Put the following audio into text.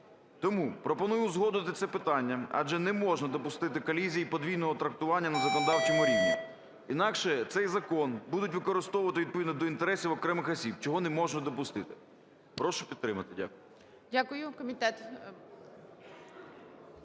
Тому пропоную узгодити це питання, адже не можна допустити колізії подвійного трактування на законодавчому рівні, інакше цей закон будуть використовувати відповідно до інтересів окремих осіб, чого не можна допустити. Прошу підтримати. Дякую.